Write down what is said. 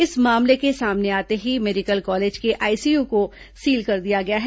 इस मामले के सामने आते ही मेडिकल कॉलेज के आईसीयू को सील कर दिया गया है